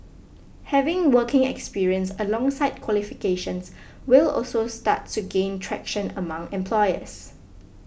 having working experience alongside qualifications will also start to gain traction among employers